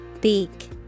Beak